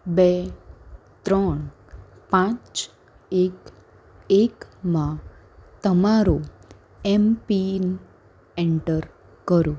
બે ત્રણ પાંચ એક એકમાં તમારો એમ પિન એન્ટર કરો